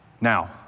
Now